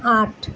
আট